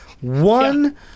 one